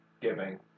giving